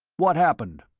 what happened?